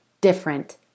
different